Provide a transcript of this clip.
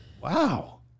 Wow